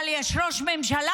אבל יש ראש ממשלה,